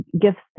gifts